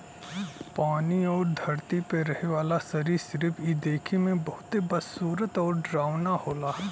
पानी आउर धरती पे रहे वाला सरीसृप इ देखे में बहुते बदसूरत आउर डरावना होला